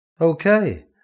Okay